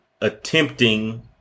attempting